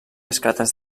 escates